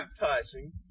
baptizing